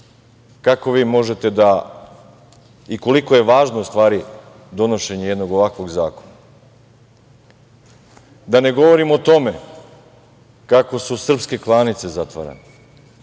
kako vi možete da i koliko je važno u stvari donošenje jednog ovakvog zakona. Da ne govorim o tome kako su srpske klanice zatvarane,